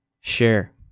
share